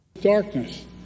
Darkness